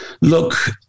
Look